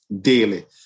daily